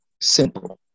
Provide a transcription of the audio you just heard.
Simple